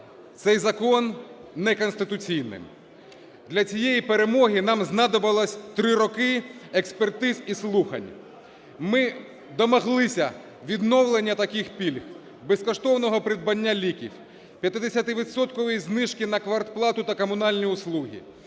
цей закон неконституційним. Для цієї перемоги нам знадобилось 3 роки експертиз і слухань. Ми домоглися відновлення таких пільг: безкоштовного придбання ліків, 50-відсотокової знижки на квартплату та комунальні услуги,